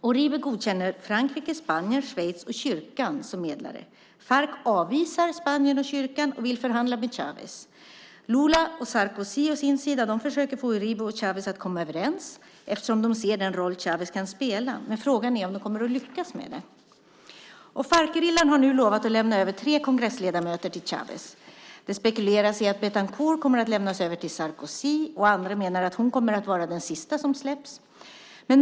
Uribe godkänner Frankrike, Spanien, Schweiz och kyrkan som medlare. Farc avvisar Spanien och kyrkan och vill förhandla med Chávez. Lula och Sarkozy, å sin sida, försöker få Uribe och Chávez att komma överens eftersom de ser den roll Chávez kan spela. Frågan är om de kommer att lyckas med det. Farcgerillan har nu lovat att lämna över tre kongressledamöter till Chávez. Det spekuleras i att Betancourt kommer att lämnas över till Sarkozy, och andra menar att hon kommer att vara den sista som släpps.